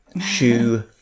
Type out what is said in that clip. shoe